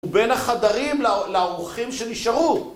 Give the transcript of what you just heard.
ובין החדרים לאורחים שנשארו